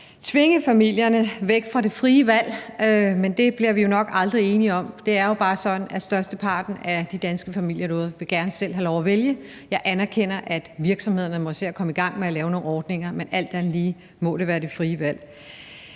tvinge familierne væk fra det frie valg. Men det bliver vi nok aldrig enige om. Det er jo bare sådan, at størsteparten af de danske familier derude gerne vil have lov at vælge selv. Jeg anerkender, at virksomhederne må se at komme i gang med at lave nogle ordninger, men alt andet lige må det være det frie valg.